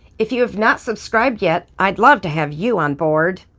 if you have not subscribed yet, i'd love to have you on board.